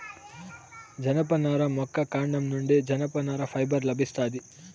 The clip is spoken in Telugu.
జనపనార మొక్క కాండం నుండి జనపనార ఫైబర్ లభిస్తాది